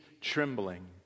trembling